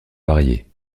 varier